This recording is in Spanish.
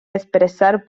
expresar